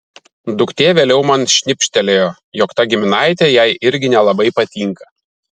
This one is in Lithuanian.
duktė vėliau man šnibžtelėjo jog ta giminaitė jai irgi nelabai patinka